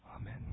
Amen